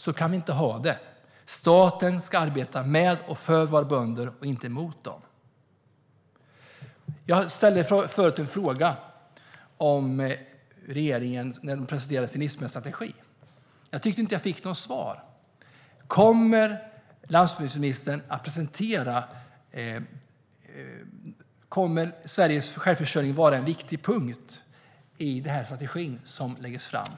Så kan vi inte ha det. Staten ska arbeta med och för våra bönder, inte mot dem. Jag ställde tidigare en fråga om regeringens kommande livsmedelsstrategi, men tyckte inte att jag fick något svar. Kommer Sveriges självförsörjning att vara en viktig punkt i den strategi som presenteras